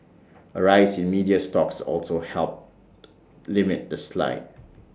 A rise in media stocks also helped limit the slide